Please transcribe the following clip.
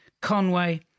Conway